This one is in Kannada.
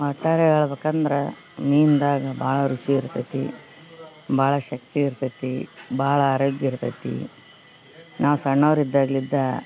ಒಟ್ಟಾರೆ ಹೇಳ್ಬೇಕಂದ್ರೆ ಮೀನ್ದಾಗ ಭಾಳ ರುಚಿ ಇರ್ತೈತಿ ಭಾಳ ಶಕ್ತಿ ಇರ್ತೈತಿ ಭಾಳ ಆರೋಗ್ಯ ಇರ್ತೈತಿ ನಾವು ಸಣ್ಣೋರು ಇದ್ದಾಗ್ಲಿದ್ದ